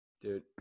Dude